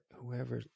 whoever